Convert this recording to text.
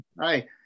Hi